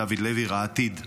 דוד לוי ראה עתיד.